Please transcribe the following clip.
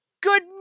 Good